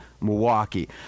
Milwaukee